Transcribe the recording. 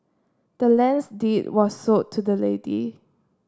the land's deed was sold to the lady